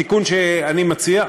התיקון שאני מציע,